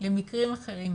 למקרים אחרים,